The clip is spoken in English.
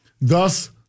Thus